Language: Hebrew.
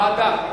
ועדה.